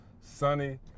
sunny